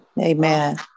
amen